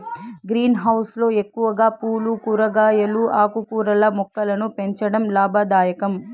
green house లో ఎక్కువగా పూలు, కూరగాయలు, ఆకుకూరల మొక్కలను పెంచడం లాభదాయకం